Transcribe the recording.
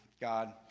God